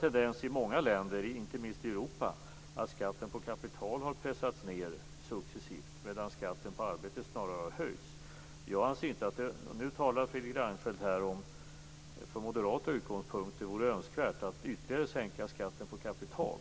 Tendensen i många länder, inte minst i Europa, är att skatten på kapital successivt pressats ned, medan skatten på arbete snarare har höjts. Nu talar Fredrik Reinfeldt från moderata utgångspunkter och säger att det vore önskvärt att ytterligare sänka skatten på kapital.